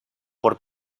por